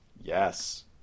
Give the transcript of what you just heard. Yes